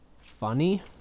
funny